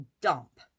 dump